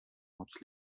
moc